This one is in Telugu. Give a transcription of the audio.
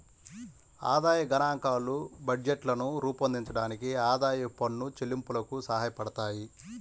ఆదాయ గణాంకాలు బడ్జెట్లను రూపొందించడానికి, ఆదాయపు పన్ను చెల్లింపులకు సహాయపడతాయి